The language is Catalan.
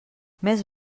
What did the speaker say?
més